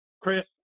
Chris